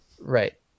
right